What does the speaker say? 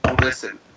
listen